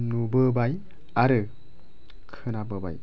नुबोबाय आरो खोनाबोबाय